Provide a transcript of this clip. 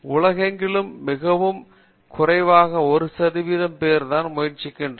உலகெங்கிலும் மிகக் குறைவாகவே 1 சதவிகிதம் பேர்தான் முயற்சிக்கின்றனர்